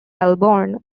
melbourne